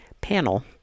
panel